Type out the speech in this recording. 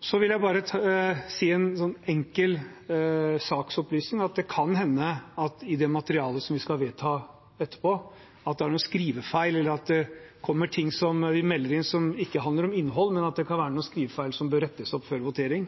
Så vil jeg bare komme med en enkel saksopplysning. Det kan hende at det i det materialet vi skal vedta etterpå, er noen skrivefeil, eller at det kommer ting som vi melder inn som ikke handler om innhold, men at det kan være noen skrivefeil som bør rettes opp før votering.